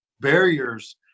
barriers